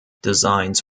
designs